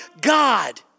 God